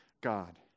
God